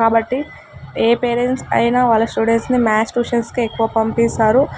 కాబట్టి ఏ పేరెంట్స్ అయిన వాళ్ళ స్టూడెంట్స్ని మ్యాథ్స్ టూషన్స్కు ఎక్కువ పంపిస్తారు